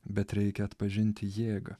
bet reikia atpažinti jėgą